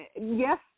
Yes